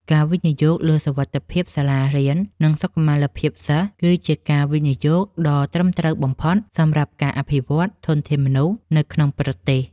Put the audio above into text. ការវិនិយោគលើសុវត្ថិភាពសាលារៀន និងសុខុមាលភាពសិស្ស គឺជាការវិនិយោគដ៏ត្រឹមត្រូវបំផុតសម្រាប់ការអភិវឌ្ឍធនធានមនុស្សនៅក្នុងប្រទេស។